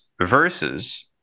versus